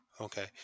Okay